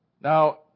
Now